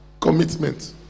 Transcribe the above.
Commitment